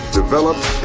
developed